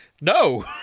No